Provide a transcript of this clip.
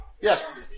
Yes